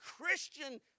Christian